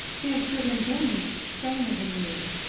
there's good in them same as in you.